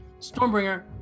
Stormbringer